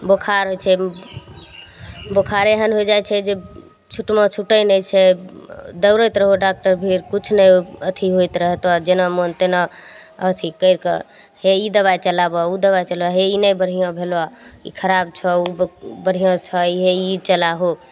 बोखार होइ छै बोखार एहन हो जाइ छै जे छुटला छूटै नहि छै दौड़ैत रहु डाक्टर भिर कुछ नहि अथी होइत रहतो जेना मन तेना अथी कैर कऽ हे ई दबाइ चलाबऽ ओ दवाइ चलाबऽ हे ई नहि बढ़िआँ भेलो ई खराब छओ ओ बढ़िआँ छै हे ई चलाहु